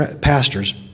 pastors